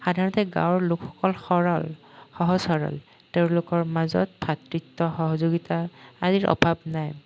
সাধাৰণতে গাঁৱৰ লোকসকল সৰল সহজ সৰল তেওঁলোকৰ মাজত ভাতৃত্ব সহযোগিতা আদিৰ অভাৱ নাই